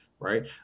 right